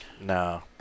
No